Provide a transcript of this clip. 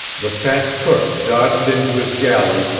the fat cook dodged into his galley,